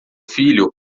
filho